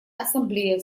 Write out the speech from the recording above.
ассамблея